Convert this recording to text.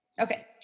Okay